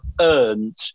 earned